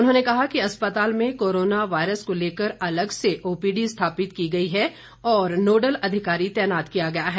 उन्होंने कहा कि अस्पताल में कोरोना वायरस को लेकर अलग से ओपीडी स्थापित की गई है और नोडल अधिकारी तैनात किया गया है